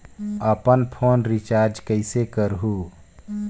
अपन phone recharge कइसे करहु?